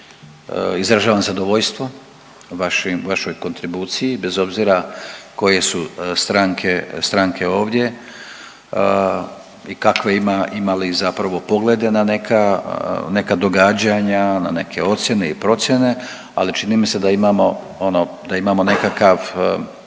izražavam zadovoljstvo vašim, vašoj kontribuciji, bez obzira koje su stranke ovdje i kakve ima, imali zapravo poglede na neka događanja, na neke ocjene i procjene, ali čini mi se da imamo ono, da